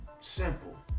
Simple